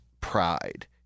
pride